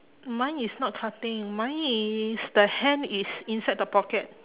mine is not cutting mine is the hand is inside the pocket